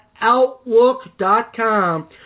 outlook.com